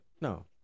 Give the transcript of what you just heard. No